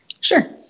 Sure